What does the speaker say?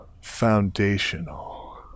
foundational